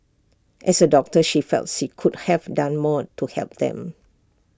as A doctor she felt she could have done more to help them